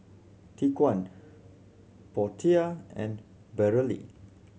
Tyquan Portia and Brielle